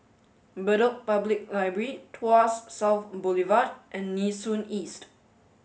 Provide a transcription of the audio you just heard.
Bedok Public Library Tuas South Boulevard and Nee Soon East